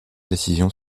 décisions